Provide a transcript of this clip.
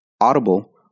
Audible